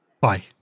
Bye